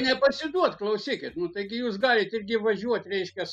nepasiduot klausykit nu taigi jūs galite gi važiuot reiškias